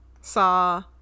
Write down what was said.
saw